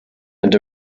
and